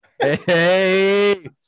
Hey